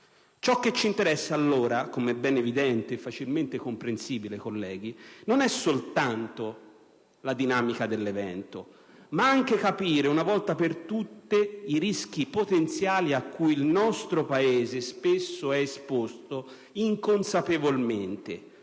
Ciò che ci interessa allora, com'è ben evidente e facilmente comprensibile, colleghi, non è soltanto la dinamica dell'evento, ma anche capire una volta per tutte i rischi potenziali a cui il nostro Paese spesso è esposto inconsapevolmente